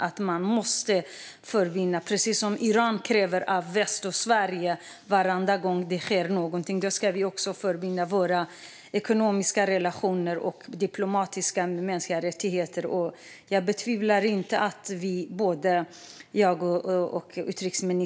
Jag betvivlar inte att både jag och utrikesministern är väldigt oroliga, och vi måste ställa krav när det gäller ekonomiska relationer och mänskliga rättigheter.